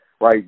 right